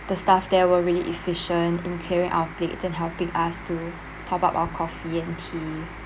the staff there were really efficient in clearing our plates and helping us to top up our coffee and tea